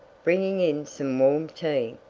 bringing in some warm tea.